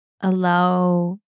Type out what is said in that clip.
allow